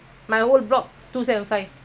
I last time stay two seven five